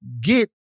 get